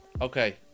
okay